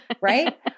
right